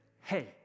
hey